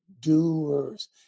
Doers